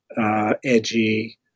edgy